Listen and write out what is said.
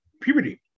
puberty